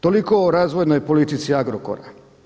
Toliko o razvojnoj politici Agrokora.